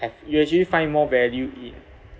have you'll actually find more value in